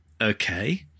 okay